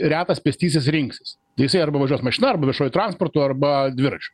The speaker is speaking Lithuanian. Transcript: retas pėstysis rinksis jisai arba važiuos mašina arba viešuoju transportu arba dviračiu